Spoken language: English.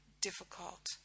difficult